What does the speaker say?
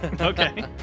Okay